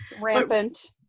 Rampant